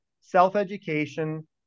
self-education